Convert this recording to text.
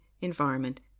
environment